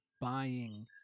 buying